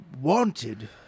wanted